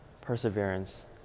perseverance